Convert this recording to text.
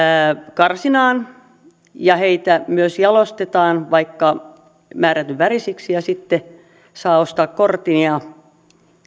karsinaan ja niitä myös jalostetaan vaikka määrätyn väriseksi ja sitten saa ostaa kortin ja